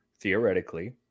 theoretically